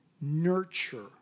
nurture